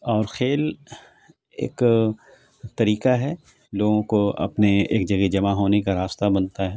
اور کھیل ایک طریقہ ہے لوگوں کو اپنے ایک جگہ جمع ہونے کا راستہ بنتا ہے